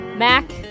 Mac